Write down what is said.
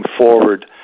forward